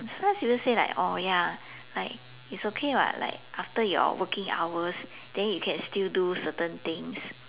sometimes you just say like oh ya it's okay [what] like after your working hours then you can still do certain things